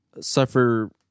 suffer